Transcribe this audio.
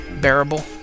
bearable